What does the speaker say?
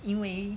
因为